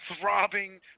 throbbing